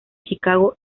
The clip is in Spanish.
chicago